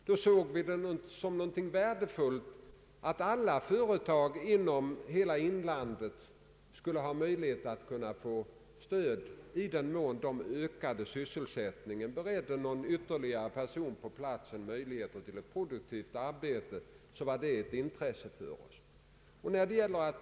Vi såg det som något värdefullt att alla industriföretag i inlandet skulle ha möjlighet att få stöd. I den mån sysselsättningstödet, beredde någon ytterligare person på en plats möjlighet till produktivt arbete, var det ett intresse Ang. regionalpolitiken för oss.